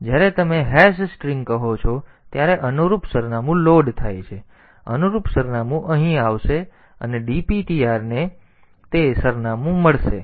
તેથી જ્યારે તમે હેશ સ્ટ્રિંગ કહો છો ત્યારે અનુરૂપ સરનામું લોડ થાય છે અનુરૂપ સરનામું અહીં આવશે અને dptr ને તે સરનામું મળશે